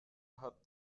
hat